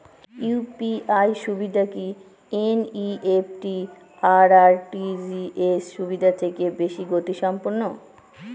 UPI সুবিধা কি NEFT আর আর.টি.জি.এস সুবিধা থেকে বেশি গতিসম্পন্ন?